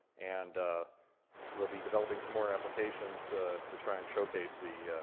and we'll be developing some more applications to try and showcase the